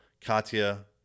Katya